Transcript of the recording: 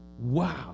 Wow